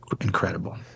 incredible